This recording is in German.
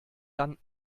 dann